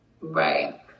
right